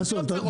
מי עוצר אותך?